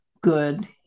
good